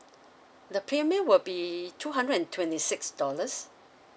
the premium will be two hundred and twenty six dollars